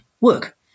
work